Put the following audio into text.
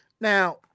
Now